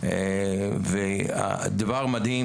מגרשי הטניס,